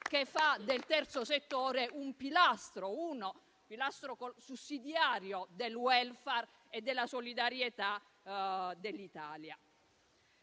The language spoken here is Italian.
che fa del terzo settore un pilastro sussidiario del *welfare* e della solidarietà dell'Italia.